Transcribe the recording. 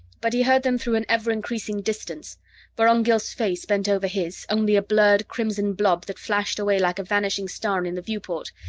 but he heard them through an ever-increasing distance vorongil's face bent over his, only a blurred crimson blob that flashed away like a vanishing star in the viewport.